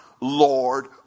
Lord